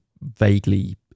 vaguely